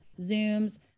Zooms